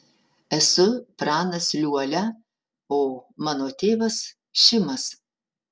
esu pranas liuolia o mano tėvas šimas